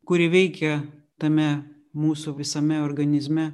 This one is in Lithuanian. kuri veikia tame mūsų visame organizme